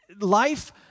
life